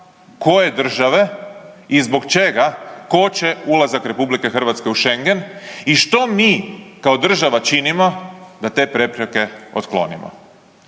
koje države i zbog čega koče ulazak RH u Šengen i što mi kao država činimo da te prepreke otklonimo?